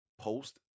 post